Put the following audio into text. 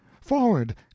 Forward